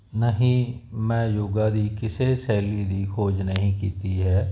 ਨਹੀਂ ਮੈਂ ਯੋਗਾ ਦੀ ਕਿਸੇ ਸੈਲੀ ਦੀ ਖੋਜ ਨਹੀਂ ਕੀਤੀ ਹੈ